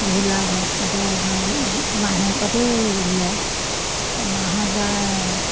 বহুত লাভ হয় সিহঁতে ধৰক মাহেকতেই উলিয়াই এমাহত বা